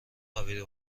خوابیده